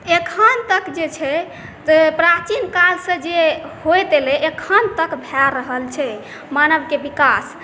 एखन तक जे छै प्राचीन कालसे जे होइत एलै एखन तक भय रहल छै मानवके विकास